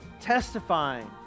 testifying